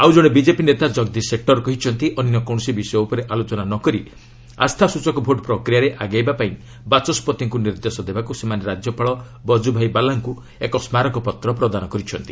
ଆଉ ଜଣେ ବିଜେପି ନେତା ଜଗଦୀଶ ସେଟର୍ କହିଛନ୍ତି ଅନ୍ୟ କୌଣସି ବିଷୟ ଉପରେ ଆଲୋଚନା ନ କରି ଆସ୍ଥାସ୍ଟଚକ ଭୋଟ୍ ପ୍ରକ୍ରିୟାରେ ଆଗୋଇବା ପାଇଁ ବାଚସ୍କତିଙ୍କୁ ନିର୍ଦ୍ଦେଶ ଦେବାକୁ ସେମାନେ ରାଜ୍ୟପାଳ ବଜୁଭାଇ ବାଲାଙ୍କୁ ଏକ ସ୍କାରକପତ୍ର ପ୍ରଦାନ କରିଛନ୍ତି